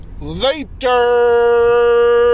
LATER